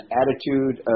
attitude